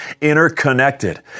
interconnected